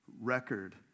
record